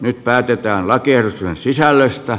nyt päätetään lakiehdotusten sisällöstä